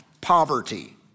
poverty